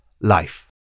life